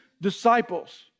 disciples